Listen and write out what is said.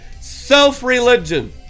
self-religion